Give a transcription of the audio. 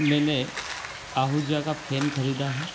मैंने आहूजा का फैन खरीदा है